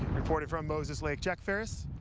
reporting from moses lake, jack ferris,